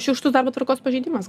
šiurkštus darbo tvarkos pažeidimas